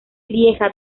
lieja